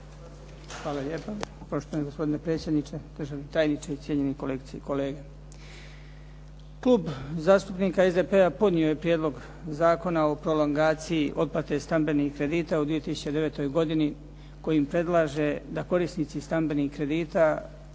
Hvala lijepa. Poštovani gospodine predsjedniče, državni tajniče, cijenjeni kolegice i kolege. Klub zastupnika SDP-a podnio je Prijedlog zakona o prolongaciji otplate stambenih kredita u 2009. godini kojim predlaže da korisnici stambenih kredita